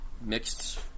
mixed